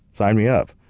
sign me up.